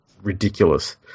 Ridiculous